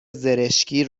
زرشکی